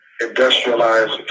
industrialized